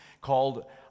called